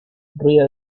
ruido